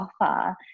offer